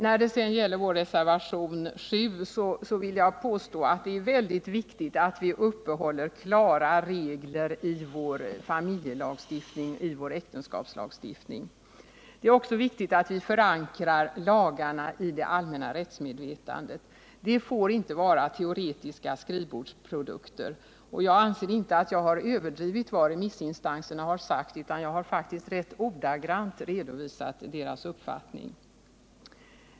När det sedan gäller vår reservation 7 vill jag påstå att det är synnerligen viktigt att upprätthålla klara regler i familjeoch äktenskapslagstiftningen. Det är också viktigt att vi förankrar lagarna i det allmänna rättsmedvetandet. De får inte vara teoretiska skrivbordsprodukter. Jag anser inte att jag har överdrivit vad remissinstanserna sagt, utan jag har nästan ordagrant redovisat deras uppfattning.